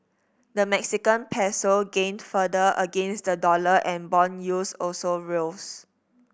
the Mexican Peso gained further against the dollar and bond yields also rose